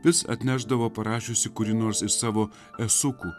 vis atnešdavo parašiusi kurį nors iš savo esukų